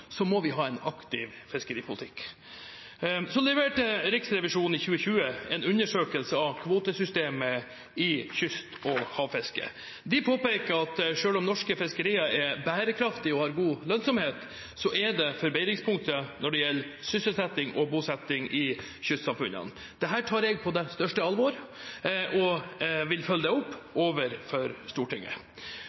må vi ha en aktiv fiskeripolitikk. Riksrevisjonen leverte i 2020 en undersøkelse av kvotesystemet i kyst- og havfisket. De påpekte at selv om norske fiskerier er bærekraftige og har god lønnsomhet, er det forbedringspunkter når det gjelder sysselsetting og bosetting i kystsamfunnene. Dette tar jeg på største alvor og vil følge det opp overfor Stortinget.